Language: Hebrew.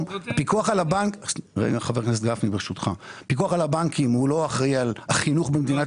הפיקוח על הבנקים הוא לא אחראי על החינוך במדינת